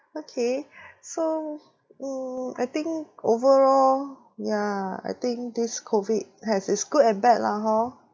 okay so mm I think overall yeah I think this COVID has its good and bad lah hor